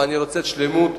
ואני רוצה שלמות,